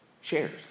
shares